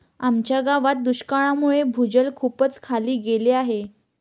आमच्या गावात दुष्काळामुळे भूजल खूपच खाली गेले आहे